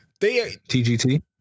TGT